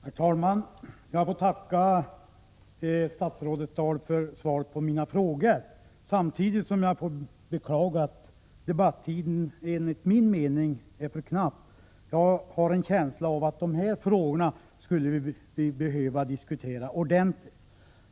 Herr talman! Jag får tacka statsrådet Dahl för svaret på mina frågor. Samtidigt vill jag beklaga att debattiden enligt min mening är för knapp. Jag har en känsla av att vi skulle behöva diskutera dessa frågor ordentligt.